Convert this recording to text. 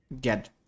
get